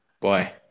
boy